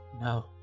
No